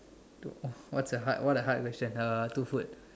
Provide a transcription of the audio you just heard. to oh what's a hard what a hard question uh two food